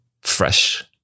fresh